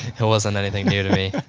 it wasn't anything new to me.